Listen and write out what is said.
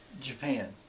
Japan